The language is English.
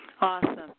Awesome